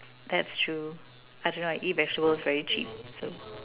that's true I don't know I eat vegetables very cheap so